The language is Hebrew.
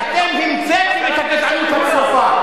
אתם המצאתם את הגזענות הצרופה.